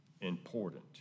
important